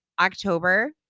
October